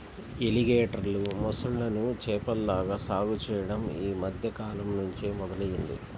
ఎలిగేటర్లు, మొసళ్ళను చేపల్లాగా సాగు చెయ్యడం యీ మద్దె కాలంనుంచే మొదలయ్యింది